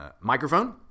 microphone